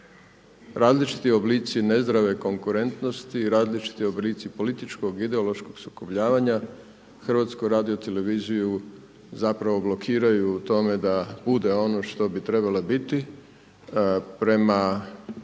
Različiti oblici nezdrave konkurentnosti, različiti oblici političkog, ideološkog sukobljavanja HRT zapravo blokiraju u tome da bude ono što bi trebala biti, prema ugovoru